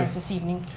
this evening.